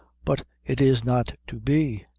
but it is not to be.